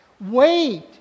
Wait